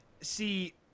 see